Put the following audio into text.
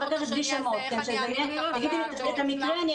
תגידי את המקרה.